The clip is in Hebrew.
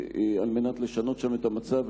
על מנת לשנות שם את המצב,